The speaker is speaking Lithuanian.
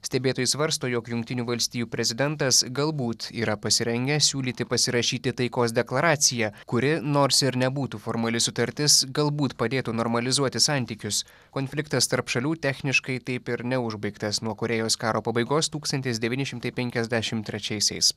stebėtojai svarsto jog jungtinių valstijų prezidentas galbūt yra pasirengęs siūlyti pasirašyti taikos deklaraciją kuri nors ir nebūtų formali sutartis galbūt padėtų normalizuoti santykius konfliktas tarp šalių techniškai taip ir neužbaigtas nuo korėjos karo pabaigos tūkstantis devyni šimtai penkiasdešimt trečiaisiais